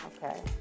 Okay